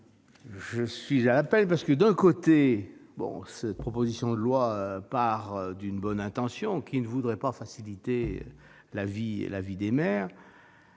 ... Déjà !... parce que, d'un côté, cette proposition de loi part d'une bonne intention : qui ne voudrait pas faciliter la vie des maires